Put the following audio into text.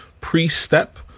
pre-step